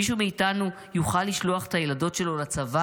מישהו מאיתנו יוכל לשלוח את הילדות שלו לצבא